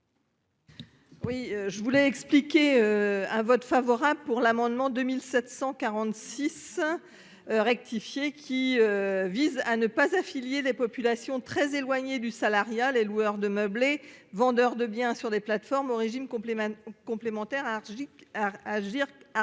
Oui je voulais expliquer un vote favorable pour l'amendement 2746. Rectifié qui vise à ne pas affiliés des populations très éloignées du salariat. Les loueurs de meublés vendeur de bien sur des plateformes au régime complémentaire complémentaire